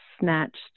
snatched